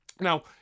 Now